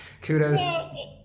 kudos